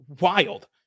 wild